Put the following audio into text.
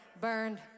Burned